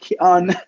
on